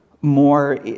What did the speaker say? more